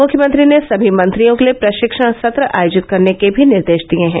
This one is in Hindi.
मुख्यमंत्री ने सभी मंत्रियो के लिए प्रशिक्षण सत्र आयोजित करने के भी निर्देश दिये हैं